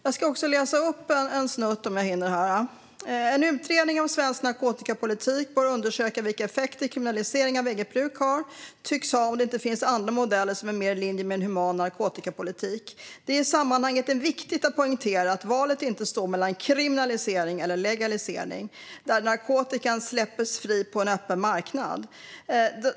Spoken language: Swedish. Jag ska också läsa upp följande: "En utredning av svensk narkotikapolitik bör undersöka vilka effekter kriminaliseringen av eget bruk tycks ha, och om det finns andra modeller som är mer i linje med en human narkotikapolitik. Det är i sammanhanget viktigt att poängtera att valet inte står mellan en kriminalisering och en total legalisering, där narkotikan släpps fri på en öppen marknad.